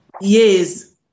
Yes